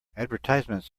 advertisements